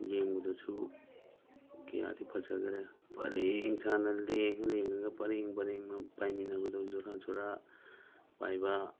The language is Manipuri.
ꯌꯦꯡꯕꯗꯁꯨ ꯀꯌꯥꯗꯤ ꯐꯖꯒ꯭ꯔꯦ ꯄꯔꯦꯡ ꯁꯥꯟꯅ ꯂꯦꯡꯉ ꯂꯦꯡꯉꯒ ꯄꯔꯦꯡ ꯄꯔꯦꯡꯅ ꯄꯥꯏꯃꯤꯟꯅꯕꯗꯣ ꯖꯨꯔꯥ ꯖꯨꯔꯥ ꯄꯥꯏꯕ